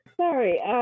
Sorry